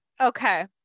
Okay